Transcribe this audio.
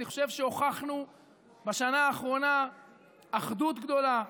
אני חושב שהוכחנו בשנה האחרונה אחדות גדולה,